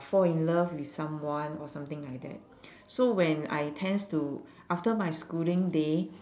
fall in love with someone or something like that so when I tends to after my schooling day